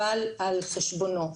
אבל על חשבונו.